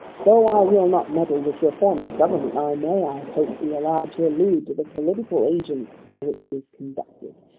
tho' i will not meddle with your form of government, i may, i hope, be allowed to allude to the political agents by which it is conducted.